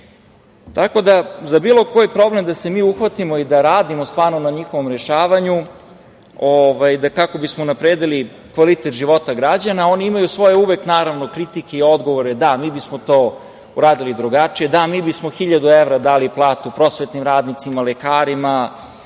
Trstenika.Za bilo koji problem da se mi uhvatimo i da radimo stvarno na njihovom rešavanju, kako bismo unapredili kvalitet života građana, oni imaju uvek svoje kritike i odgovore, da, mi bismo to uradili drugačije, da mi bismo hiljadu evra dali plati prosvetnim radnicima, lekarima,